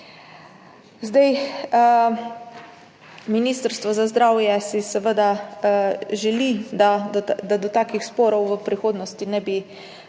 Ministrstvo za zdravje si seveda želi, da do takih sporov v prihodnosti ne bi prihajalo.